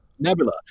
Nebula